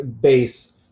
base